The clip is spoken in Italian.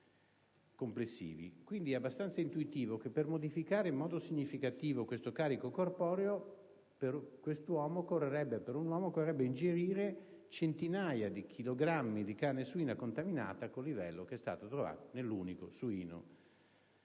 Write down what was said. Quindi, è abbastanza intuitivo che per modificare in modo significativo questo carico corporeo un uomo dovrebbe ingerire centinaia di chilogrammi di carne suina contaminata che presenti livelli di